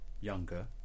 younger